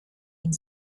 and